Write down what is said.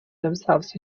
themselves